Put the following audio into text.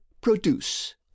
produce